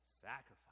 Sacrifice